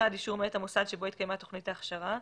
אישור מאת המוסד שבו התקיימה תוכנית ההכשרה,